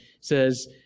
says